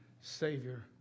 Savior